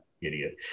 idiot